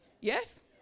Yes